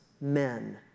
men